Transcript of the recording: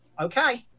Okay